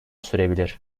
sürebilir